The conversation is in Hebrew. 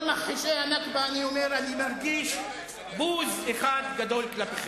מכחישי ה"נכבה" אני אומר: אני מרגיש בוז אחד גדול כלפיכם.